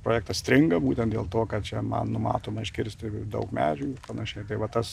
projektas stringa būtent dėl to kad čia man numatoma iškirsti daug medžių ir panašiai tai va tas